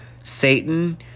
Satan